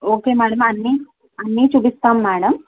okay madam అన్ని అన్ని చూపిస్తాం మేడం